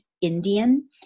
Indian